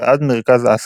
ועד מרכז אסיה.